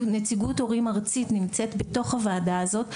נציגות הורים ארצית נמצאת בתוך הוועדה הזאת.